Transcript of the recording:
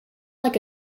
like